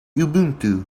ubuntu